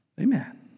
Amen